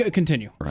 continue